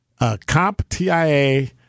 CompTIA